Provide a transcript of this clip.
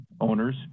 owners